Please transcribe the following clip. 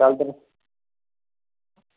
कल तगर